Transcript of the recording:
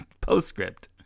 postscript